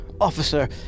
Officer